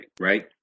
right